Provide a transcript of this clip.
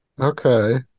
Okay